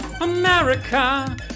America